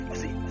see